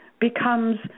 becomes